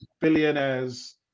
billionaires